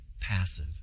passive